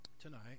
tonight